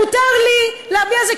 מותר לי להביע את זה,